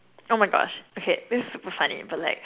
oh my gosh okay this is super funny but like